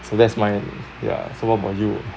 so that's mine ya so what about you